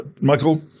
Michael